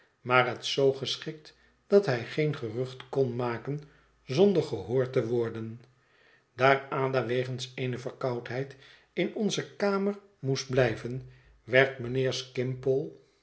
maar het zoo geschikt dat hij geen gerucht kon maken zonder gehoord te worden daar ada wegens eene verkoudheid in onze kamer moest blijven werd mijnheer